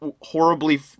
horribly